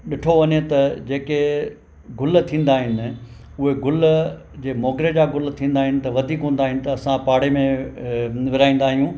ॾिठो वञे त जेके गुल थींदा आहिनि उहे गुल जे मौगरे जा गुल थींदा आहिनि त वधीक हूंदा आहिनि त असां पाड़े में विराईंदा आहियूं